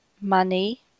money